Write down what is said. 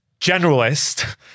generalist